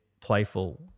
playful